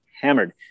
hammered